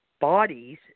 bodies